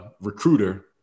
recruiter